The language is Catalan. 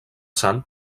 sant